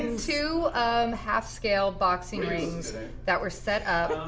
and two half scale boxing rings that were set up,